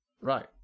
Right